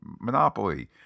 Monopoly